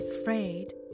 afraid